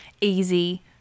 easy